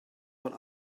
what